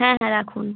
হ্যাঁ হ্যাঁ রাখুন